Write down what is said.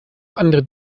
andere